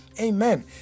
Amen